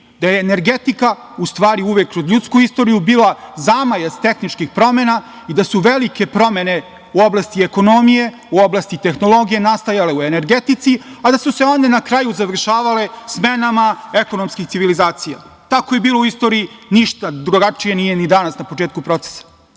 da je energetika u stvari uvek kroz ljudsku istoriju bila zamajac tehničkih promena i da su velike promene u oblasti ekonomije, u oblasti tehnologije nastajale u energetici, a da su se onda na kraju završavale smenama ekonomskih civilizacija. Tako je bilo u istoriji, ništa drugačije nije ni danas na početku procesa. Dileme,